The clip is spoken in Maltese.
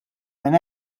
minn